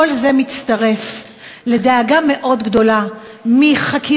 כל זה מצטרף לדאגה מאוד גדולה מחקירה,